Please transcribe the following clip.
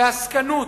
בעסקנות,